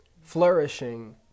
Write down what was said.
Flourishing